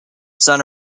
son